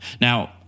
Now